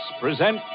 present